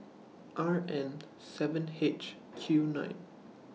R N seven H Q nine